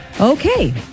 Okay